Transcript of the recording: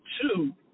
two